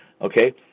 Okay